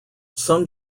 some